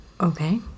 Okay